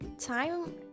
time